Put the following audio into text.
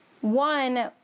one